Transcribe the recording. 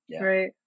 Right